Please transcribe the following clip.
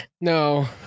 No